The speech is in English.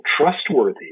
trustworthy